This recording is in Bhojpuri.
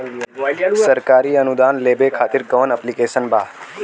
सरकारी अनुदान लेबे खातिर कवन ऐप्लिकेशन बा?